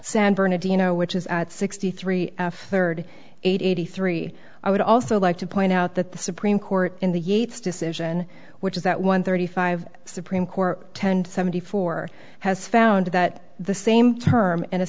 san bernardino which is at sixty three third eighty three i would also like to point out that the supreme court in the yates decision which is that one thirty five supreme court ten seventy four has found that the same term in a